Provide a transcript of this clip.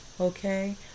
okay